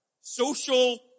social